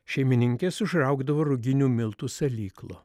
šeimininkės užraugdavo ruginių miltų salyklo